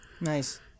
Nice